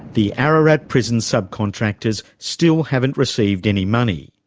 the ararat prison subcontractors still haven't received any money.